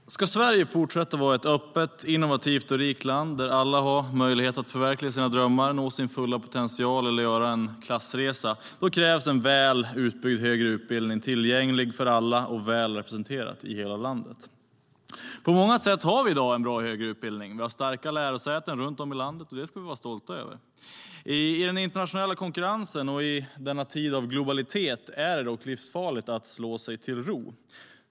Fru talman! Ska Sverige fortsätta att vara ett öppet, innovativt och rikt land där alla har möjlighet att förverkliga sina drömmar, nå sin fulla potential eller göra en klassresa krävs en väl utbyggd högre utbildning tillgänglig för alla och väl representerad i hela landet. På många sätt har vi i dag en bra högre utbildning. Vi har starka lärosäten runt om i landet, och det ska vi vara stolta över. I den internationella konkurrensen och i denna tid av globalitet är det dock livsfarligt att slå sig till ro.